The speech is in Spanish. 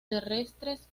terrestres